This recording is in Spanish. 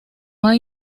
hay